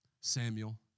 Samuel